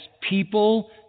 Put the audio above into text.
people